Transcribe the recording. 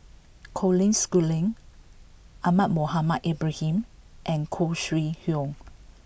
Colin Schooling Ahmad Mohamed Ibrahim and Khoo Sui Hoe